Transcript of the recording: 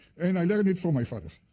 and i learned it from my father.